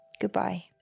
Goodbye